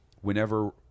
whenever